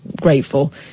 grateful